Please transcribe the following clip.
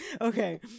Okay